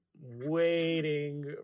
waiting